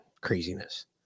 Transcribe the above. craziness